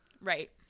right